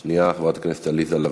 שנייה, חברת הכנסת עליזה לביא.